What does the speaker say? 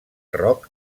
rock